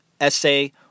essay